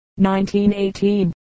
1918